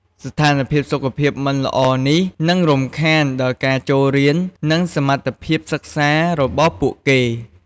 ស្ថានភាពសុខភាពមិនល្អនេះ នឹងរំខានដល់ការចូលរៀន និងសមត្ថភាពសិក្សារបស់ពួកគេ។